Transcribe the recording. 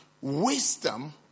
wisdom